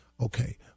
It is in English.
Okay